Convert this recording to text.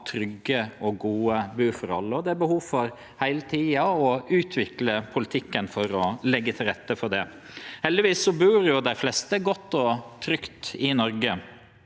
trygge og gode buforhold. Det er heile tida behov for å utvikle politikken for å leggje til rette for det. Heldigvis bur dei fleste godt og trygt i Noreg.